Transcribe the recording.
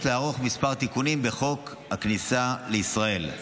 לערוך כמה תיקונים בחוק הכניסה לישראל.